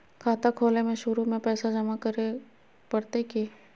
खाता खोले में शुरू में पैसो जमा करे पड़तई की?